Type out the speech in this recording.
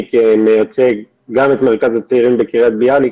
ואני מייצג גם את מרכז הצעירים בקריית ביאליק,